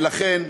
ולכן,